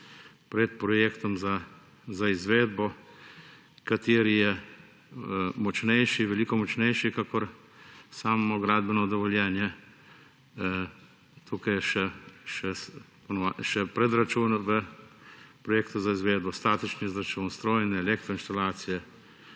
pred projektom za izvedbo, kateri je močnejši, veliko močnejši kakor samo gradbeno dovoljenje, tukaj je še predračun v projektu za izvedbo, statični izračun, strojni, elektroinštalacije,